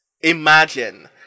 Imagine